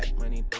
many